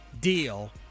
deal